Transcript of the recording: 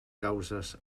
causes